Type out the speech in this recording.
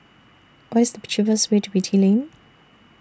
What IS The cheapest Way to Beatty Lane